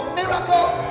miracles